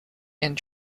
and